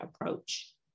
approach